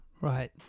Right